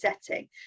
setting